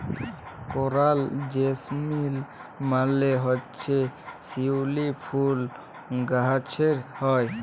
করাল জেসমিল মালে হছে শিউলি ফুল গাহাছে হ্যয়